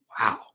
wow